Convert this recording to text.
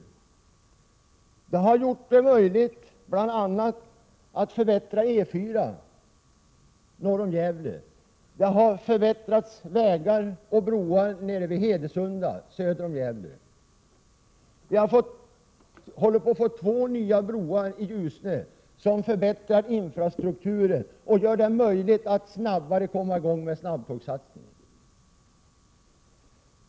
SS Se NERE för fastighetsdata Det har gjort det möjligt bl.a. att förbättra E4 norr om Gävle samt förbättra vägar och broar nere vid Hedesunda, söder om Gävle. Vi håller även på att få två nya broar i Ljusne som förbättrar infrastrukturen och gör det möjligt att snabbare komma i gång med snabbtågssatsningen.